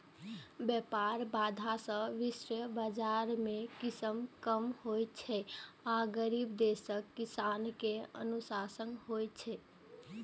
व्यापार बाधा सं विश्व बाजार मे कीमत कम होइ छै आ गरीब देशक किसान कें नुकसान होइ छै